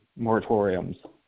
moratoriums